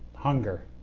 hunger.